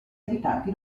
abitanti